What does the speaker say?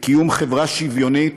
לקיום חברה שוויונית